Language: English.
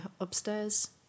upstairs